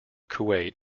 kuwait